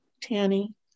Tanny